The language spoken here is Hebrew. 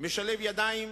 משלב ידיים